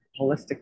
holistic